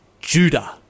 Judah